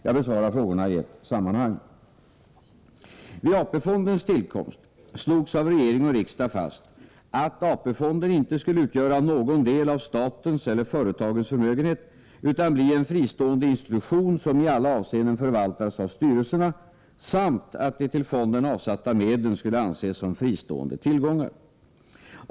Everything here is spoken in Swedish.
Jag besvarar frågorna i ett sammanhang. Vid AP-fondens tillkomst slogs av regering och riksdag fast att AP-fonden inte skulle utgöra någon del av statens eller företagens förmögenhet utan bli en fristående institution som i alla avseenden förvaltades av styrelserna samt att de till fonden avsatta medlen skulle anses som fristående tillgångar.